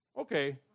okay